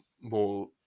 more